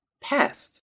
past